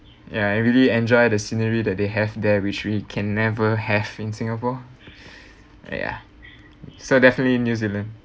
ya I really enjoy the scenery that they have there which we can never have in singapore ya so definitely new zealand